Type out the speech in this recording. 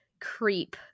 creep